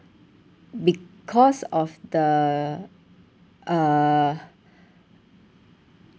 because of the uh